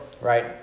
right